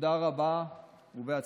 תודה רבה ובהצלחה.